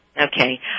Okay